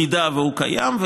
במקרה שהוא קיים,